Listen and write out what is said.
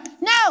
No